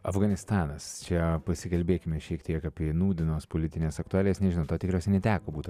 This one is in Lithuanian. afganistanas čia pasikalbėkime šiek tiek apie nūdienos politines aktualijas nežinau tau tikriausiai neteko būt